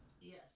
Yes